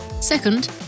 Second